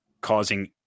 causing